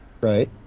Right